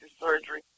surgery